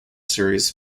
series